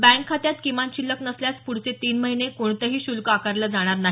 bank खात्यात किमान शिल्लक नसल्यास पुढचे तीन महिने कोणतेही शुल्क आकारलं जाणार नाही